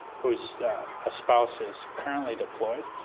whose ah spouse is currently deployed,